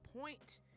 point